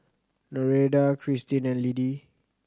Nereida Kristin and Liddie